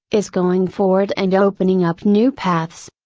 is going forward and opening up new paths.